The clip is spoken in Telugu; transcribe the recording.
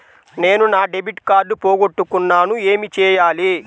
నేను నా డెబిట్ కార్డ్ పోగొట్టుకున్నాను ఏమి చేయాలి?